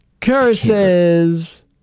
Curses